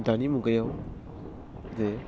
दानि मुगायाव जे